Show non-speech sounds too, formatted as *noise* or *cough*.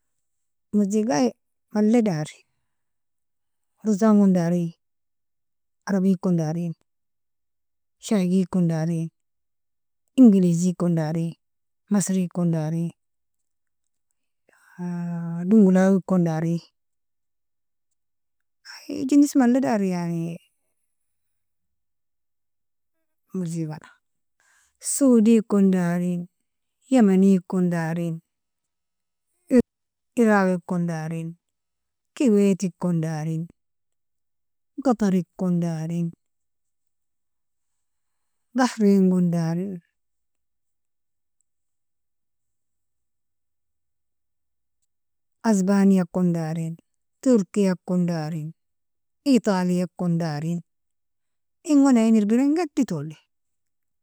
Muzigai malle dari rotan gon dari, arabi kon darin, shaigi kon dari, ingilizi kon dari, masri kon dari, *hesitation* dongolawi kon dari ayy jiniss malle dari yani *hesitation* muzigalaa, sudi kon dari, yemeni kon darin, iraqi kon darin, kiweti kon darin, qatari kon darin, bahrin gon darin, aspania kon darin, turkia kon darin, italia kon darin, in gon ayin irbiren geddi tolli.